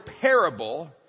parable